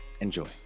Enjoy